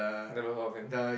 never heard of him